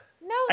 No